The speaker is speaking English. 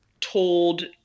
told